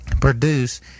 produce